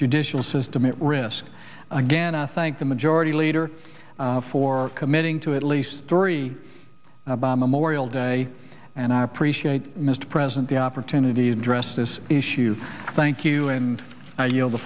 judicial system at risk again i thank the majority leader for committing to at least three about memorial day and i appreciate mr president the opportunity address this issue thank you and i you know the